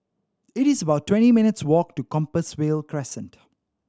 it's about twenty minutes' walk to Compassvale Crescent